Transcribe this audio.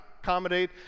accommodate